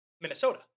Minnesota